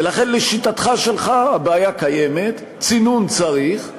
ולכן, לשיטתך שלך, הבעיה קיימת, צינון צריך,